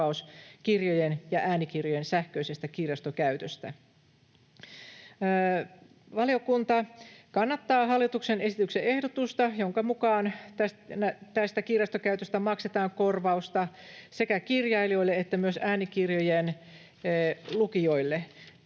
kirjojen ja äänikirjojen sähköisestä kirjastokäytöstä. Valiokunta kannattaa hallituksen esityksen ehdotusta, jonka mukaan tästä kirjastokäytöstä maksetaan korvausta sekä kirjailijoille että myös äänikirjojen lukijoille.